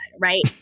right